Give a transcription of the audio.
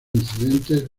incidentes